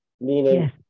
meaning